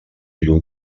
lluny